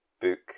book